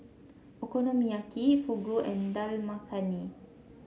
Okonomiyaki Fugu and Dal Makhani